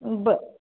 बरं